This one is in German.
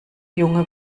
junge